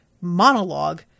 monologue